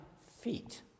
Feet